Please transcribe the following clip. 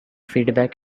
feedback